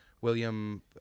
William